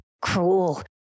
cruel